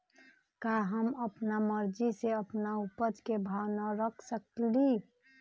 का हम अपना मर्जी से अपना उपज के भाव न रख सकींले?